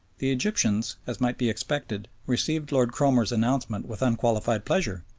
the egyptians, as might be expected, received lord cromer's announcement with unqualified pleasure.